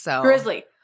Grizzly